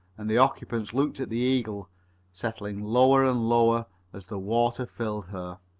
and the occupants looked at the eagle settling lower and lower as the water filled her.